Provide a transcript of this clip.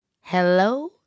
Hello